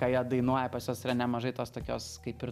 ką jie dainuoja pas juos yra nemažai tos tokios kaip ir